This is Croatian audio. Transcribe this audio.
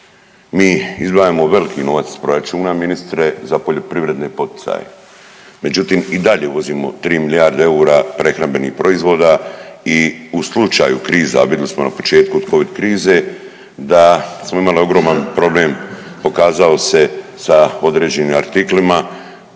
Mi izdvajamo veliki novac iz proračuna ministre za poljoprivredne poticaje, međutim i dalje uvozimo 3 milijarde EUR-a prehrambenih proizvoda i u slučaju kriza, a vidli smo na početku od Covid krize da smo imali ogroman problem pokazao se sa određenim artiklima